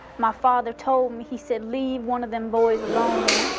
my father told me, he said leave one of them boys alone.